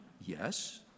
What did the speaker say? Yes